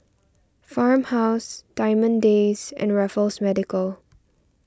Farmhouse Diamond Days and Raffles Medical